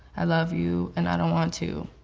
i love you and i don't want to.